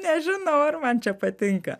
nežinau ar man čia patinka